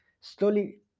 slowly